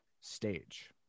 Stage